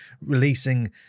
releasing